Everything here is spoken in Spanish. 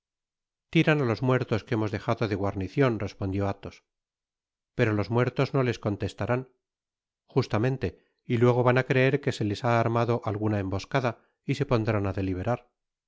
tiran á los muertos que hemos dejado de guarnicion respondió athos pero los muertos no les contestarán justamente y luego van á creer que se les ha armado alguna emboscada y se pondrán á deliberar